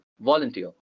volunteer